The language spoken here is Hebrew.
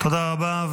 תודה רבה.